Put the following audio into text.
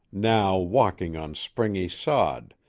now walking on springy sod,